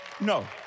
no